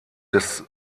des